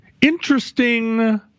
interesting